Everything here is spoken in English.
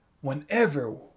whenever